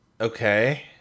Okay